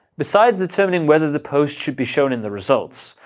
besides determining whether the post should be shown in the results,